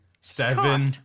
Seven